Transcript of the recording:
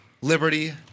Liberty